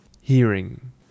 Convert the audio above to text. Hearing